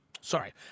sorry